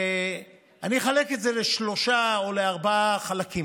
אני אחלק את זה לשלושה או לארבעה חלקים: